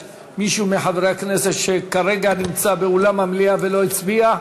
יש מישהו מחברי הכנסת שכרגע נמצא באולם המליאה ולא הצביע?